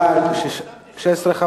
בעד, 16,